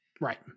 Right